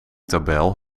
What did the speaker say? tabel